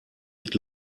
mit